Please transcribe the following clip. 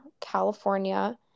California